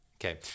Okay